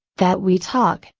that we talk,